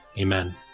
Amen